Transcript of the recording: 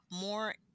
more